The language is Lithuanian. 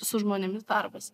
su žmonėmis darbas